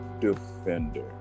defender